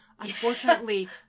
Unfortunately